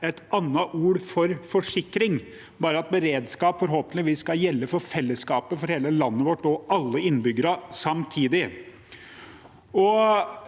et annet ord for forsikring, bare at beredskap forhåpentligvis skal gjelde for fellesskapet, for hele landet vårt og alle innbyggerne samtidig.